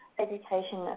education,